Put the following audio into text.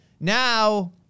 now